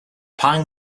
pine